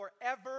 forever